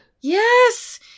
Yes